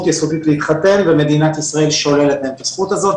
יסודית להתחתן ומדינת ישראל שוללת להם את הזכות הזאת.